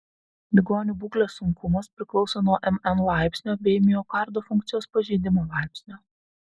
ligonių būklės sunkumas priklauso nuo mn laipsnio bei miokardo funkcijos pažeidimo laipsnio